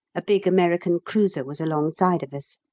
a big american cruiser was alongside of us.